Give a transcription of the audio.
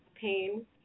pain